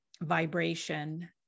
vibration